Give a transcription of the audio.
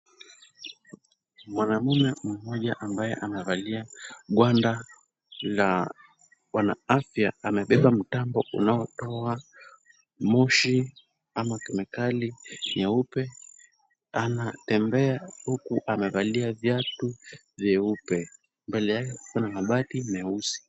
Mwanamume mmoja ambaye anavalia gwanda la wana afya amebeba mtambo unaotoa moshi ama kemikali nyeupe ,anatembea huku amevalia viatu vyeupe. Mbele yake kuna mabati meusi.